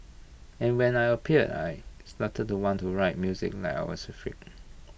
and when I appeared I started to want to write music now was like freak